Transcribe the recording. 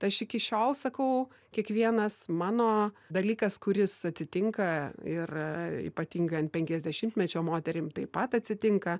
aš iki šiol sakau kiekvienas mano dalykas kuris atitinka ir ypatingai ant penkiasdešimtmečio moterim taip pat atsitinka